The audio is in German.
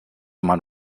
man